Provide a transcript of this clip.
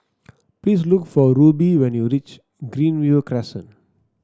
please look for Rubie when you reach Greenview Crescent